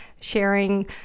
sharing